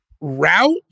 route